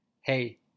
Hey